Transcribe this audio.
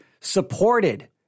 supported